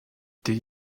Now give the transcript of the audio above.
did